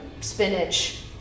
spinach